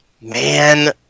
Man